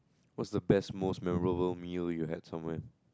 what's the best most memorable meal you had somewhere